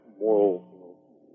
moral